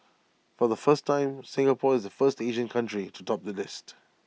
for the first time Singapore is the first Asian country to top the list